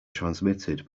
transmitted